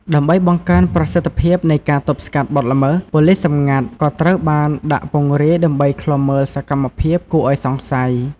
ដើម្បីបង្កើនប្រសិទ្ធភាពនៃការទប់ស្កាត់បទល្មើស ប៉ូលិសសម្ងាត់ ក៏ត្រូវបានដាក់ពង្រាយដើម្បី ឃ្លាំមើលសកម្មភាពគួរឱ្យសង្ស័យ។